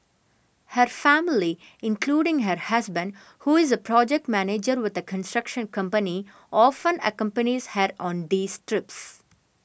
her family including her husband who is a project manager with a construction company often accompanies her on these trips